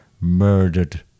murdered